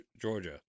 Georgia